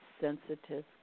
sensitive